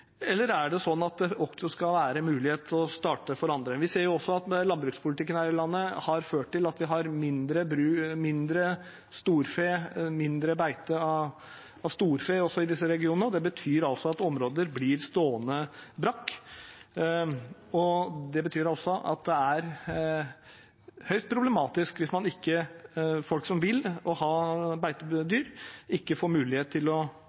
Eller skal det være mulighet for andre til å starte? Vi ser også at landbrukspolitikken her i landet har ført til at vi har mindre beite for storfe også i disse regionene. Det betyr at områder blir liggende brakk. Det betyr også at det er høyst problematisk hvis folk som vil ha beitedyr, ikke får mulighet til å